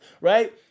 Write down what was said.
right